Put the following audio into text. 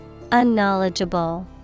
Unknowledgeable